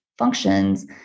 functions